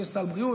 יש סל בריאות,